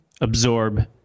absorb